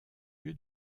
lieu